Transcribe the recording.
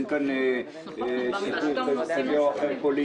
אין כאן עניין פוליטי.